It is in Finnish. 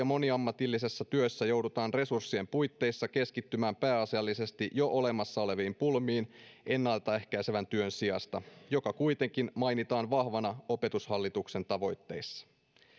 moniammatillisessa työssä joudutaan resurssien puitteissa keskittymään pääasiallisesti jo olemassa oleviin pulmiin ennaltaehkäisevän työn sijasta joka kuitenkin mainitaan vahvana opetushallituksen tavoitteissa